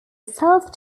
self